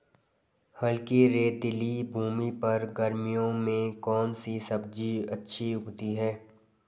हल्की रेतीली भूमि पर गर्मियों में कौन सी सब्जी अच्छी उगती है?